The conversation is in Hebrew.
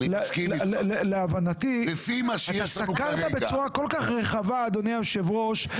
אתה סקרת בצורה כל כך רחבה, אדוני היושב ראש.